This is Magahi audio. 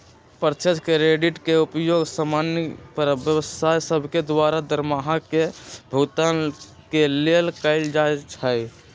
प्रत्यक्ष क्रेडिट के प्रयोग समान्य पर व्यवसाय सभके द्वारा दरमाहा के भुगतान के लेल कएल जाइ छइ